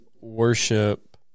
worship